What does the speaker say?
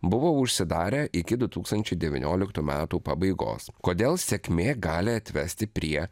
buvo užsidarę iki du tūkstančiai devynioliktų metų pabaigos kodėl sėkmė gali atvesti prie